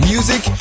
Music